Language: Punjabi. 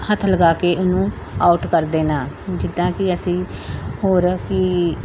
ਹੱਥ ਲਗਾ ਕੇ ਉਹਨੂੰ ਆਊਟ ਕਰ ਦੇਣਾ ਜਿੱਦਾਂ ਕਿ ਅਸੀਂ ਹੋਰ ਕੀ